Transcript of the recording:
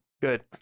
Good